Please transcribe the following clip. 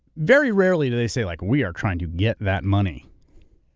very rarely do they say like, we are trying to get that money.